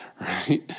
right